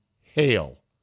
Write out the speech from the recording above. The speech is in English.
hail